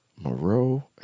Moreau